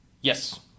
Yes